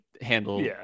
handle